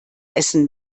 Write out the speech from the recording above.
essen